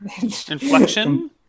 Inflection